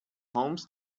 homes